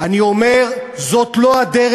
אני אומר: זאת לא הדרך,